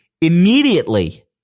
immediately